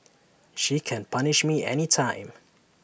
she can punish me anytime